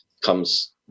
comes